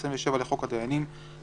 ו-27 לחוק הדיינים,